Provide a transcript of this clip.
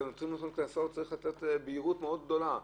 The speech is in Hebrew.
כשנותנים לו קנסות, צריך בהירות גדולה מאוד